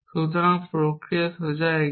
সুতরাং প্রক্রিয়া সোজা এগিয়ে